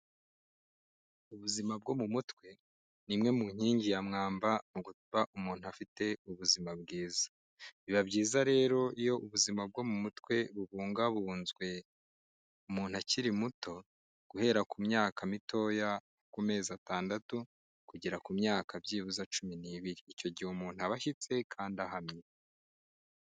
Ubuzima bwo mu mutwe ni imwe mu nkingi ya mwamba mu kuba umuntu afite ubuzima bwiza, biba byiza rero iyo ubuzima bwo mu mutwe bubungabunzwe umuntu akiri muto guhera ku myaka mitoya, ku mezi atandatu kugera ku myaka byibuze cumi n'ibiri, icyo gihe umuntu aba ashyitse kandi ahamye.